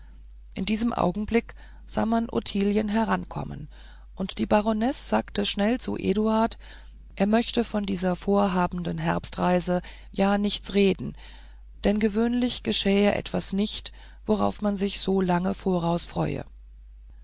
in diesem augenblick sah man ottilien herankommen und die baronesse sagte schnell zu eduard er möchte von dieser vorhabenden herbstreise ja nichts reden denn gewöhnlich geschähe das nicht worauf man sich so lange voraus